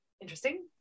interesting